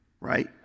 right